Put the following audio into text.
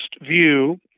view